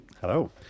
Hello